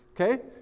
okay